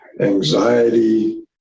anxiety